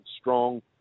strong